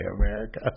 America